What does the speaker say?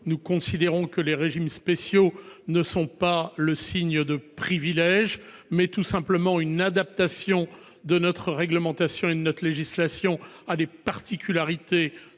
Nous considérons que les régimes spéciaux ne sont pas le signe de privilèges mais tout simplement une adaptation de notre réglementation et de notre législation a des particularités